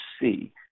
see